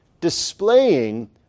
displaying